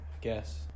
guess